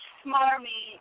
smarmy